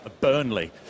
Burnley